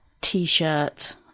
t-shirt